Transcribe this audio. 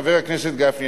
חבר הכנסת גפני,